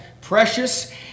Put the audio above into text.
precious